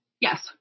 Yes